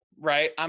Right